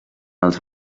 els